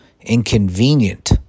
inconvenient